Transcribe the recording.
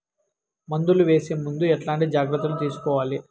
మందులు వేసే ముందు ఎట్లాంటి జాగ్రత్తలు తీసుకోవాలి?